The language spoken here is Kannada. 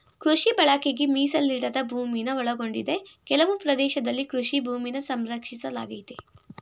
ಕೃಷಿ ಬಳಕೆಗೆ ಮೀಸಲಿಡದ ಭೂಮಿನ ಒಳಗೊಂಡಿದೆ ಕೆಲವು ಪ್ರದೇಶದಲ್ಲಿ ಕೃಷಿ ಭೂಮಿನ ಸಂರಕ್ಷಿಸಲಾಗಯ್ತೆ